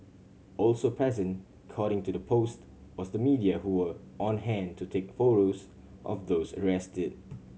also present cording to the post was the media who were on hand to take photos of those arrested